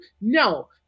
No